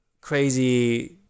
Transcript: crazy